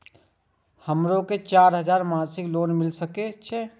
हमरो के चार हजार मासिक लोन मिल सके छे?